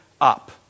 up